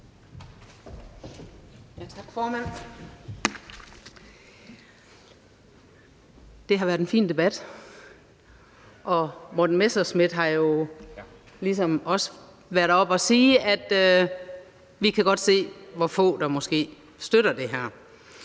Det har været en fin debat, og hr. Morten Messerschmidt har jo også været oppe og sige, at vi godt kan se, hvor få der måske støtter det her.